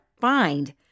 find